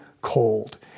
cold